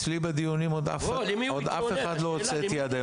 אצלי בדיונים אף פעם עוד לא הוצאתי אף אחד,